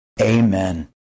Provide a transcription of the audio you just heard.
Amen